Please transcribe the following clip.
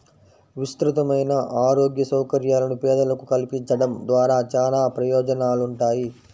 విస్తృతమైన ఆరోగ్య సౌకర్యాలను పేదలకు కల్పించడం ద్వారా చానా ప్రయోజనాలుంటాయి